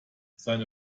seine